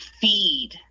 feed